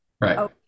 Right